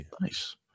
Nice